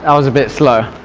ah was a bit slow.